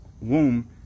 womb